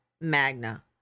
Magna